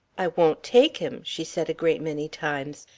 i won't take him, she said a great many times,